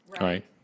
right